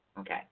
Okay